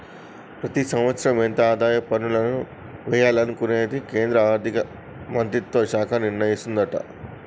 ప్రతి సంవత్సరం ఎంత ఆదాయ పన్నులను వియ్యాలనుకునేది కేంద్రా ఆర్థిక మంత్రిత్వ శాఖ నిర్ణయిస్తదట